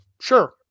Sure